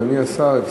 אדוני השר,